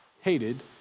hated